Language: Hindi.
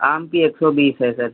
आम की एक सौ बीस है सर